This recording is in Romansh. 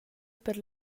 per